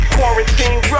Quarantine